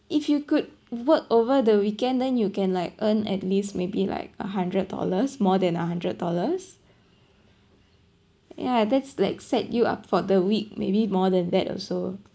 if you could work over the weekend then you can like earn at least maybe like a hundred dollars more than a hundred dollars ya that's like set you up for the week maybe more than that also